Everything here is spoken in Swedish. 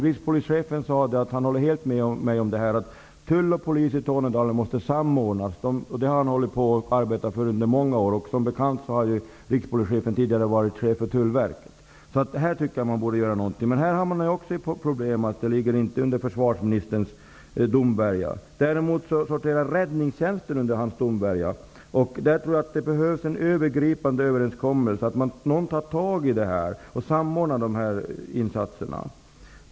Rikspolischefen sade att han helt håller med mig om att tull och polis i Tornedalen måste samordnas. Detta har han arbetat för under många år. Som bekant har ju Rikspolischefen tidigare varit chef för Tullverket. Man borde göra någonting när det gäller detta. Men det är ett problem som inte ligger under försvarsministerns domvärjo. Däremot sorterar Räddningstjänsten under hans domvärjo. Jag tror att det behövs en övergripande överenskommelse, att någon tar tag i detta och samordnar de här insatserna.